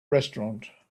restaurant